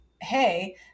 hey